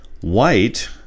White